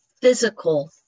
physical